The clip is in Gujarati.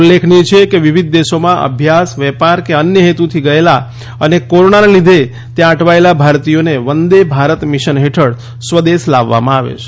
ઉલ્લેખનીય છે કે વિવિધ દેશોમાં અભ્યાસ વેપાર કે અન્ય હેતુથી ગયેલા અને કોરોનાના લીધે ત્યાં અટવાયેલા ભારતીયોને વંદે ભારત મીશન હેઠળ સ્વદેશ લાવવામાં આવે છે